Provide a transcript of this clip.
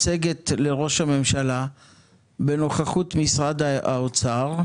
מצגת לראש הממשלה בנוכחות משרד האוצר,